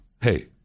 Hey